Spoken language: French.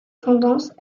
tendance